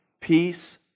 peace